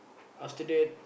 after that